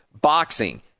boxing